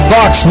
Fox